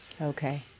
Okay